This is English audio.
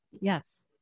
Yes